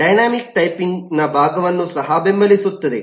dynamic ಟೈಪಿಂಗ್ನ ಭಾಗವನ್ನು ಸಹ ಬೆಂಬಲಿಸುತ್ತದೆ